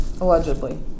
Allegedly